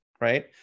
right